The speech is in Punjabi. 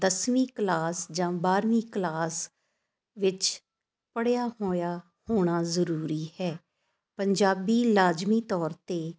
ਦਸਵੀਂ ਕਲਾਸ ਜਾਂ ਬਾਰ੍ਹਵੀਂ ਕਲਾਸ ਵਿੱਚ ਪੜ੍ਹਿਆ ਹੋਇਆ ਹੋਣਾ ਜ਼ਰੂਰੀ ਹੈ ਪੰਜਾਬੀ ਲਾਜ਼ਮੀ ਤੌਰ 'ਤੇ